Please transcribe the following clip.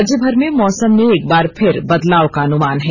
राज्य में मौसम में एकबार फिर बदलाव का अनुमान है